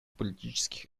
политических